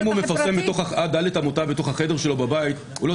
אם הוא מפרסם בתוך הבית שלו הוא לא